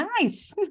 Nice